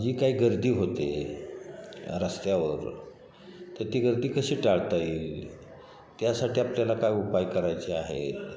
जी काही गर्दी होते रस्त्यावर तर ती गर्दी कशी टाळता येईल त्यासाठी आपल्याला काय उपाय करायचे आहेत